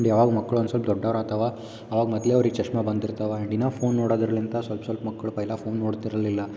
ಯಾವಾಗ ಮಕ್ಕಳು ಒಂದು ಸ್ವಲ್ಪ್ ದೊಡ್ಡವ್ರು ಆಗ್ತಾವ ಆವಾಗ ಮೊದಲೇ ಅವ್ರಿಗೆ ಚಷ್ಮಾ ಬಂದು ಇರ್ತವೆ ಆ್ಯಂಡ್ ದಿನ ಫೋನ್ ನೋಡೋದಿರ್ಲಿಂತ ಸ್ವಲ್ಪ್ ಸ್ವಲ್ಪ್ ಮಕ್ಕಳು ಪಹ್ಲಾ ನೋಡ್ತಿರಲಿಲ್ಲ